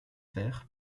fer